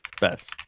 Best